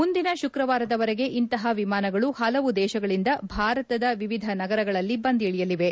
ಮುಂದಿನ ಶುಕ್ರವಾರದವರೆಗೆ ಇಂತಹ ವಿಮಾನಗಳು ಹಲವು ದೇಶಗಳಿಂದ ಭಾರತದ ವಿವಿಧ ನಗರಗಳಲ್ಲಿ ಬಂದಿಳಿಯಲಿವೆ